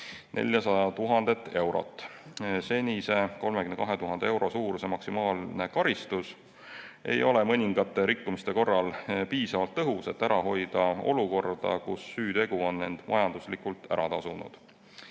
400 000 eurot. Senine 32 000 euro suurune maksimaalne karistus ei ole mõningate rikkumiste korral piisavalt tõhus ega hoia ära olukorda, kus süütegu on end majanduslikult ära tasunud.